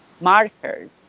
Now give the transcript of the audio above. markers